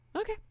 Okay